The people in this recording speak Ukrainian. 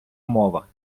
мова